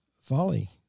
folly